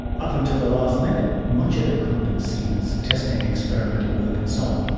up until the last minute, much of it could have been seen as testing, experimental work and so on.